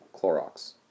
Clorox